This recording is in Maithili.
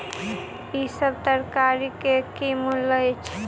ई सभ तरकारी के की मूल्य अछि?